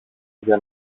για